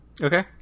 Okay